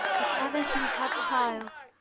if ever he have child,